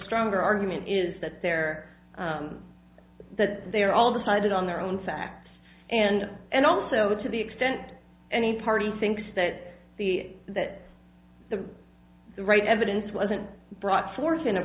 stronger argument is that there that they are all decided on their own facts and and also to the extent any party thinks that the that the the right evidence wasn't brought fort